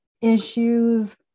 issues